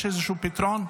יש איזשהו פתרון?